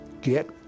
get